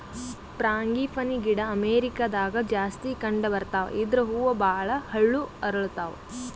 frangipani ಗಿಡ ಅಮೇರಿಕಾದಾಗ್ ಜಾಸ್ತಿ ಕಂಡಬರ್ತಾವ್ ಇದ್ರ್ ಹೂವ ಭಾಳ್ ಹಳ್ಳು ಅರಳತಾವ್